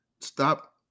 stop